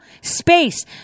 space